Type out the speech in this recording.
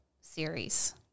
series